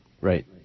Right